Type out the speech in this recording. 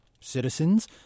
citizens